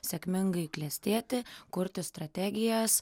sėkmingai klestėti kurti strategijas